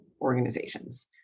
organizations